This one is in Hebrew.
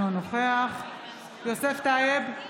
אינו נוכח יוסף טייב,